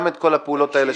גם את כל הפעולות האלה,